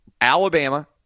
Alabama